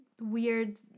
weird